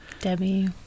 Debbie